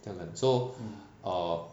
太冷 so err